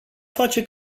face